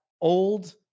old